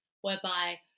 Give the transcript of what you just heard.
whereby